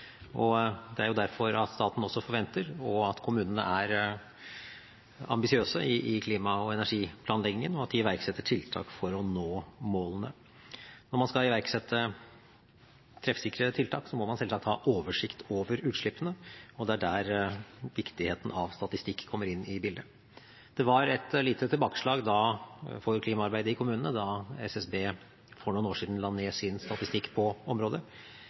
og det er derfor staten forventer at kommunene er ambisiøse i klima- og energiplanleggingen, og at de iverksetter tiltak for å nå målene. Når man skal iverksette treffsikre tiltak, må man selvsagt ha oversikt over utslippene, og det er der viktigheten av statistikk kommer inn i bildet. Det var et lite tilbakeslag for klimaarbeidet i kommunene da SSB for noen år siden la ned sin statistikk på området.